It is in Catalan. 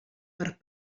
per